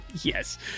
Yes